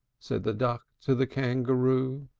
said the duck to the kangaroo.